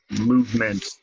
movement